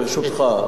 ברשותך,